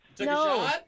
No